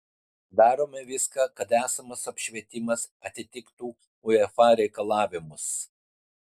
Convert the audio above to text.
darome viską kad esamas apšvietimas atitiktų uefa reikalavimus